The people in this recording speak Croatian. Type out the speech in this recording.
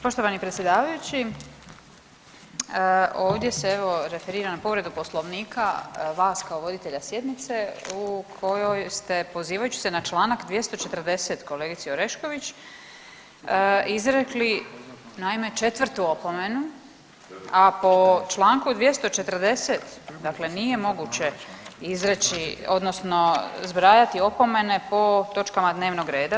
Poštovani predsjedavajući, ovdje se evo referiram na povredu Poslovnika vas kao voditelja sjednice u kojoj ste pozivajući se na članak 240. kolegici Orešković izrekli naime 4. opomenu, a po članku 240. dakle nije moguće izreći odnosno zbrajati opomene po točkama dnevnoga reda.